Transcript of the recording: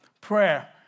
prayer